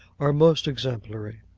are most exemplary.